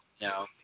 No